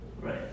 Right